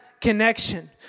connection